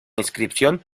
inscripción